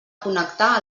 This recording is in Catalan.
connectar